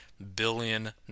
Billion